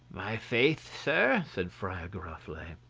my faith, sir, said friar giroflee,